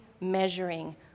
measuring